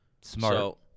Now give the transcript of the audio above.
Smart